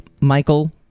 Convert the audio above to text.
Michael